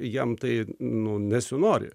jam tai nu nesinori